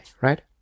right